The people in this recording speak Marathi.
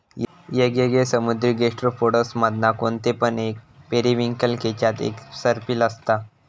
येगयेगळे समुद्री गैस्ट्रोपोड्स मधना कोणते पण एक पेरिविंकल केच्यात एक सर्पिल असता